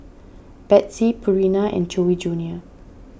Betsy Purina and Chewy Junior